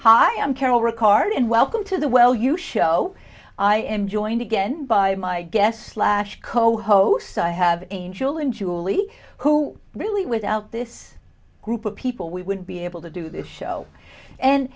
hi i'm carol ricardo and welcome to the well you show i am joined again by my guest slash co hosts i have angel and julie who really without this group of people we would be able to do this show and